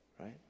Right